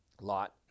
Lot